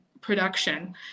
production